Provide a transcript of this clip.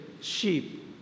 sheep